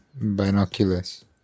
binoculars